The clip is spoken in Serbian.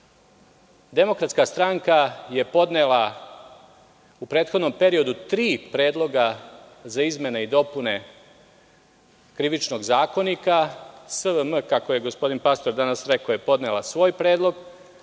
zakona. Demokratska stranka je podnela u prethodnom periodu tri predloga za izmene i dopune Krivičnog zakonika. SVM, kako je gospodin Pastor danas rekao, je podnela svoj predlog